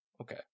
Okay